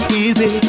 easy